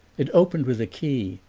it opened with a key,